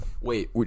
Wait